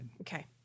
Okay